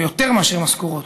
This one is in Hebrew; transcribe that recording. ויותר מאשר משכורות,